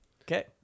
Okay